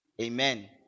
Amen